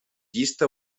llista